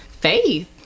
faith